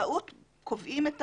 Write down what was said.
כבאות קובעים,